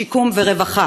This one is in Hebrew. שיקום ורווחה.